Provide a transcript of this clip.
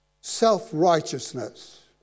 self-righteousness